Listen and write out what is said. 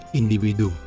individu